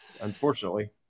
Unfortunately